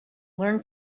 learn